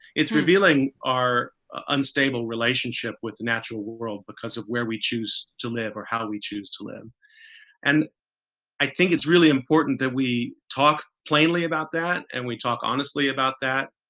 it's revealing our unstable relationship with the natural world because of where we choose to live or how we choose to live and i think it's really important that we talk plainly about that and we talk honestly about that,